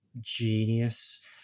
genius